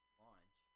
launch